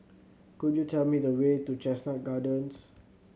could you tell me the way to Chestnut Gardens